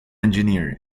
engineer